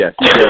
yes